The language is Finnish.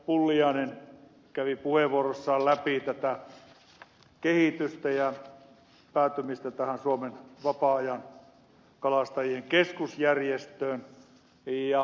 pulliainen kävi puheenvuorossaan läpi tätä kehitystä ja päätymistä tähän suomen vapaa ajankalastajien keskusjärjestöön